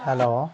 hello